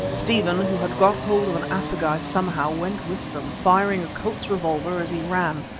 stephen, who had got hold of an assegai somehow, went with them, firing a colt's revolver as he ran,